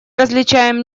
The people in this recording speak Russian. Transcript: различаем